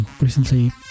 recently